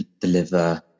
deliver